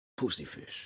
Pussyfish